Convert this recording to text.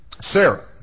Sarah